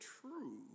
true